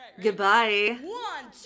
Goodbye